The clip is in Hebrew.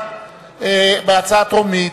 מי נמנע בהצעה טרומית?